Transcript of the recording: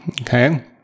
Okay